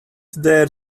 there